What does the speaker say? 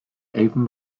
even